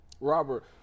Robert